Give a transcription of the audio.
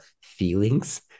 feelings